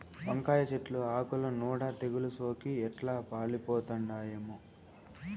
వంకాయ చెట్లు ఆకుల నూడ తెగలు సోకి ఎట్లా పాలిపోతండామో